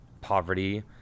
poverty